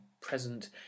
present